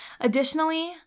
Additionally